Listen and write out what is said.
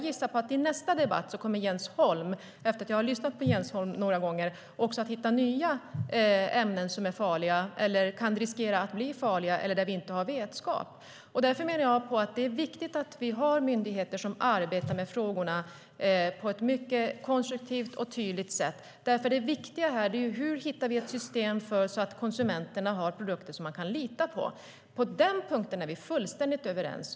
Efter att ha lyssnat på Jens Holm några gånger gissar jag att han i nästa debatt kommer att hitta nya ämnen som är farliga, som kan riskera att bli farliga eller som vi inte har vetskap om. Det är viktigt att vi har myndigheter som arbetar med frågorna på ett konstruktivt och tydligt sätt. Det viktiga är att hitta ett system så att konsumenterna kan lita på produkterna. På den punkten är vi helt överens.